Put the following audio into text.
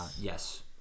Yes